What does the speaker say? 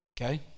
okay